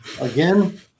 Again